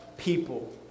People